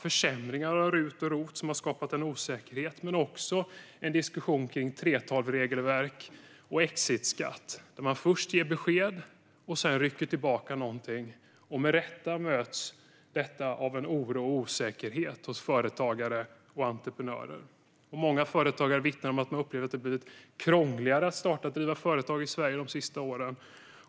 Försämringar av RUT och ROT har skapat osäkerhet, en diskussion om 3:12-regler och exitskatt likaså. Man har först gett besked och sedan ryckt tillbaka någonting. Med rätta möts detta av oro och osäkerhet hos företagare och entreprenörer. Många företagare vittnar om att de upplever att det har blivit krångligare att starta och driva företag i Sverige de senaste åren.